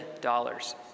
dollars